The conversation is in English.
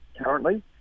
currently